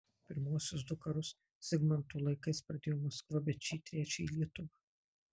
pirmuosius du karus zigmanto laikais pradėjo maskva bet šį trečiąjį lietuva